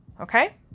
Okay